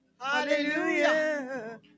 Hallelujah